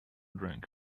drink